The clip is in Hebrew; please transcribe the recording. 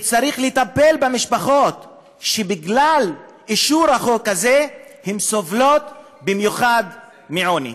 צריך לטפל במשפחות שבגלל אישור החוק הזה הן סובלות במיוחד מעוני.